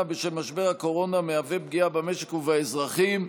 בשל משבר הקורונה מהווה פגיעה במשק ובאזרחים,